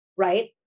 Right